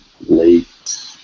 late